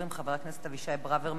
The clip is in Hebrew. חבר הכנסת אבישי ברוורמן,